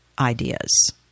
ideas